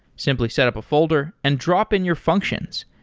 simply set up a folder and drop in your functions.